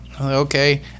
okay